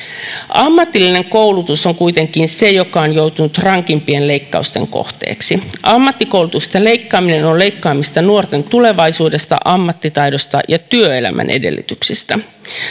ammatillinen koulutus on kuitenkin se joka on joutunut rankimpien leikkausten kohteeksi ammattikoulutuksesta leikkaaminen on leikkaamista nuorten tulevaisuudesta ammattitaidosta ja työelämän edellytyksistä